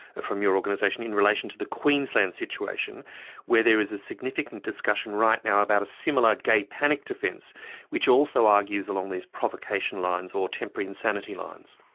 from your organisation, in relation to the queensland situation where there is a significant discussion right now about a similar gay panic defence which also argues along these provocation lines, or temporary insanity lines?